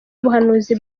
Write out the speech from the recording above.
ubuhanuzi